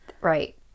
Right